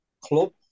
club